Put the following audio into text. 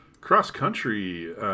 Cross-country